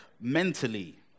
mentally